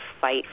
fight